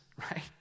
right